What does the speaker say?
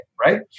right